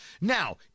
Now